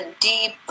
deep